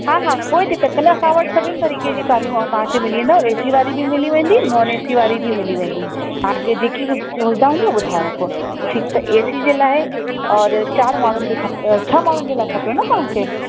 हा हा कोई दिक़तु त न असां वटि सभिनि तरीके़ जी कारियूं तव्हांखे मिली वेंदव ए सी वारी बि मिली वेंदी नॉन ए सी वारी बि मिली वेंदी तव्हांखे जेकी सुविधा हूंदी ॿुधाए रखो ठीकु त ए सी जे लाहे और चारि माण्हूनि जे खप छह माण्हूनि जे लाइ खपेव न तव्हांखे